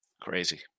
Crazy